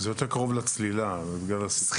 לא, זה יותר קרוב לצלילה, האקוואטלון.